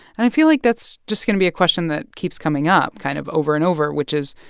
and i feel like that's just going to be a question that keeps coming up kind of over and over, which is,